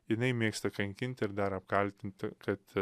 jinai mėgsta kankinti ir dar apkaltinti kad